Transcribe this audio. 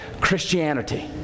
Christianity